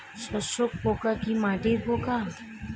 শোষক পোকা কি মাটির পোকা?